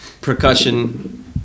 percussion